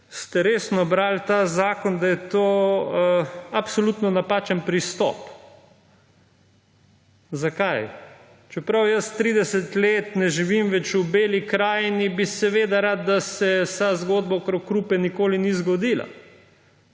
ste resno brali ta zakon, mislim, da je to absolutno napačen pristop. Zakaj? Čeprav jaz že 30 let ne živim več v Beli krajini, bi seveda rad, da se vsa zgodba okoli Krupe nikoli ne bi zgodila,